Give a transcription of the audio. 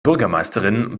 bürgermeisterin